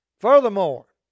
Furthermore